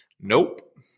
Nope